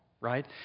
right